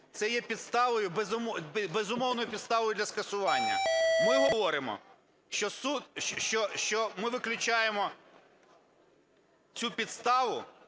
безумовною підставою для скасування. Ми говоримо, що ми виключаємо цю підставу